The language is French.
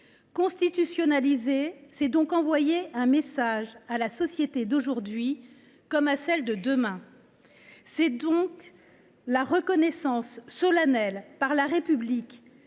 Constitutionnaliser, c’est envoyer un message à la société d’aujourd’hui comme à celle de demain. C’est affirmer que la reconnaissance solennelle par la République